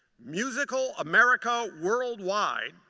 musical america worldwide,